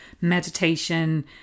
meditation